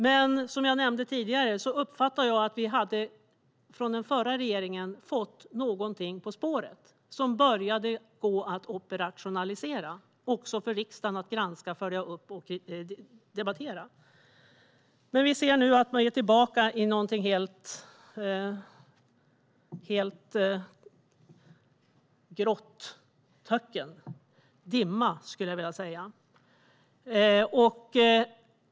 Men som jag nämnde tidigare uppfattade jag att den förra regeringen hade kommit något på spåren som började gå att operationalisera och som riksdagen kunde granska, följa upp och debattera. Nu ser vi att man är tillbaka i ett grått töcken - en dimma, skulle jag vilja säga.